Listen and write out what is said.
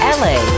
la